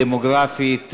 דמוגרפית,